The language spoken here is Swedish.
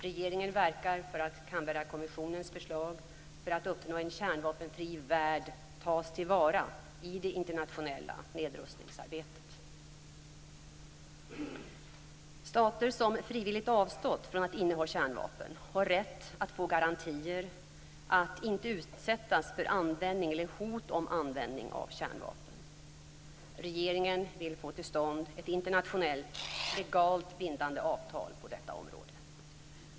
Regeringen verkar för att Canberrakommissionens förslag för att uppnå en kärnvapenfri värld tas till vara i det internationella nedrustningsarbetet. Stater som frivilligt avstått från att inneha kärnvapen har rätt att få garantier att inte utsättas för användning eller hot om användning av kärnvapen. Regeringen vill få till stånd ett internationellt, legalt bindande avtal på detta område.